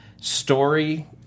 story